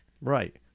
Right